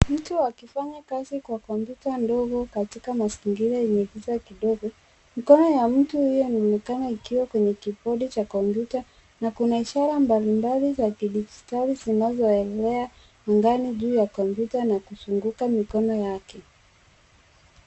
Mtu akifanya kazi kwa kompyuta ndogo katika mazingira yenye giza kidogo. Mikono ya mtu huyu inaonekana ikiwa kwenye kibodi cha kompyuta na kuna ishara mbalimbali za kidijitali zinazoenea angani juu ya kompyuta ikizunguka mikono yake.